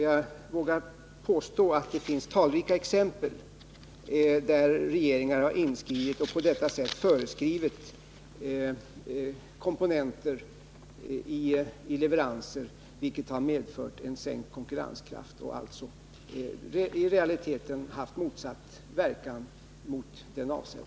Jag vågar påstå att det finns talrika exempel, där regeringar har inskridit och på detta sätt föreskrivit komponenter vid leveranser, vilket har medfört en sänkt konkurrenskraft och alltså i realiteten haft motsatt verkan mot den avsedda.